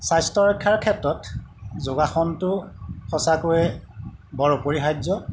স্বাস্থ্যৰক্ষাৰ ক্ষেত্ৰত যোগাসনটো সঁচাকৈয়ে বৰ অপৰিহাৰ্য